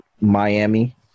Miami